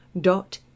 dot